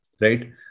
right